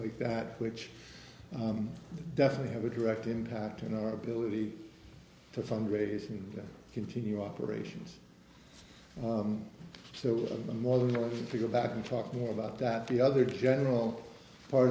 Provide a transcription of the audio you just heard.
like that which definitely have a direct impact on our ability to fundraise and continue operations so one of them more than willing to go back and talk more about that the other general part